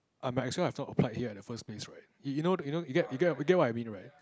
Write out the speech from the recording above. I might as well have not applied here at the first place right you know you know you get you get you get what I mean right